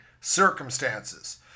circumstances